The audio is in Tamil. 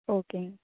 ஓகேங்க